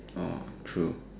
true